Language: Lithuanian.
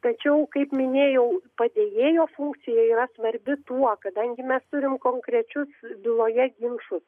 tačiau kaip minėjau padėjėjo funkcija yra svarbi tuo kadangi mes turim konkrečius byloje ginčus